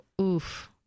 oof